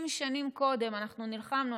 אם שנים קודם אנחנו נלחמנו,